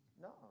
No